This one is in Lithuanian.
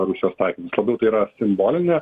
rusijos taikinius labiau tai yra simbolinė